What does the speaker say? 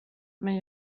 men